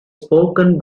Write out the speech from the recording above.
spoken